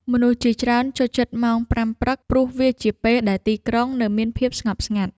មនុស្សជាច្រើនចូលចិត្តម៉ោងប្រាំព្រឹក ព្រោះវាជាពេលដែលទីក្រុងនៅមានភាពស្ងប់ស្ងាត់។